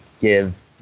give